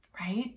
right